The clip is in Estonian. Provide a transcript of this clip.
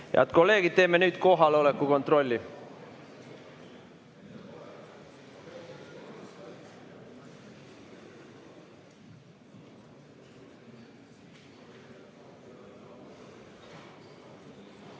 Head kolleegid, teeme nüüd kohaloleku kontrolli.